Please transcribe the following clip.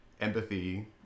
empathy